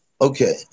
okay